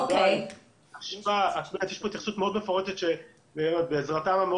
יש פה התייחסות מאוד מפורטת בעזרה מאוד